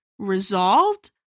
resolved